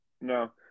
no